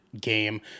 game